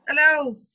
Hello